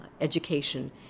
education